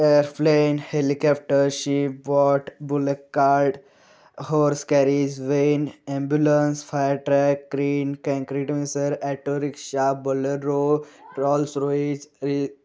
aeroplane helicopter ship boat bullock cart horse carriage van ambulance fire truck crane concrete mixer auto rickshaw Bolero ट्रॉल्सरोइज री